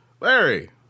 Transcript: Larry